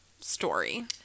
story